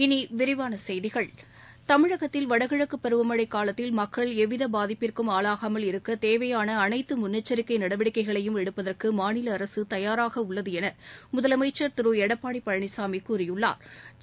இனி விரிவான செய்திகள் தமிழகத்தில் வடகிழக்குப் பருவமழை காலத்தில் மக்கள் எவ்வித பாதிப்பிற்கும் ஆளாகாமல் இருக்க தேவையான அனைத்து முன்னெச்சரிக்கை நடவடிக்கைகளையும் எடுப்பதற்கு மாநில அரசு தயாராக உள்ளது என முதலமைச்சா் திரு எடப்பாடி பழனிசாமி கூறியுள்ளாா்